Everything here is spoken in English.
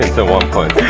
the one point.